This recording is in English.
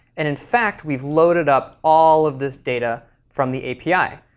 and in fact we've loaded up all of this data from the api.